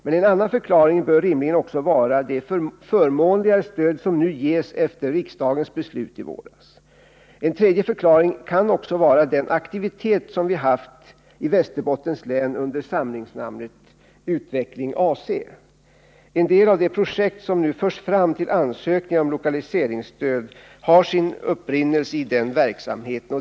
Men en annan förklaring bör rimligen vara de förmånligare stöd som nu ges efter riksdagens beslut i våras. En tredje förklaring kan också vara den aktivitet som vi har haft i Västerbottens län under samlingsnamnet Utveckling AC. En del av de projekt som nu förs fram i ansökningarna om lokaliseringsstöd har sin upprinnelse i den verksamheten.